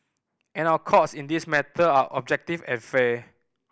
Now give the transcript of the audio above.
and our courts in this matter are objective and fair